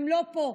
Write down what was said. הן לא פה.